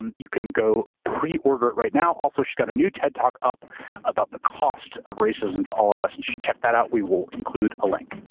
and you can go preorder it right now. also, she's got a new ted talk up about the cost of racism to all of us. you and should check that out, we will include a link.